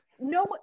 no